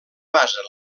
basen